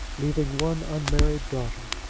leaving one unmarried daughter,